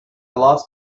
lost